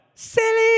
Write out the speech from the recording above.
Silly